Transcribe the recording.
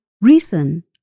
reason